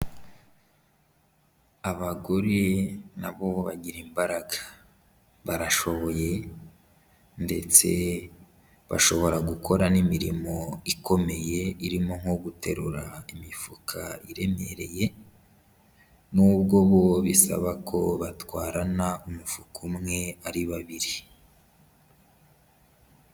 Abagore nabo bagira imbaraga barashoboye ndetse bashobora gukora n'imirimo ikomeye irimo nko guterura imifuka iremereye, nubwo bo bisaba ko batwarana umufuka umwe ari babiri.